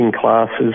classes